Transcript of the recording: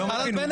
זה חל על בנט?